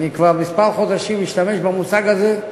אני כבר כמה חודשים משתמש במושג הזה,